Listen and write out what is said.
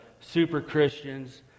super-Christians